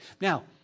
Now